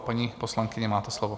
A paní poslankyně, máte slovo.